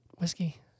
Whiskey